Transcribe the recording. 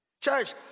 Church